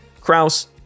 Kraus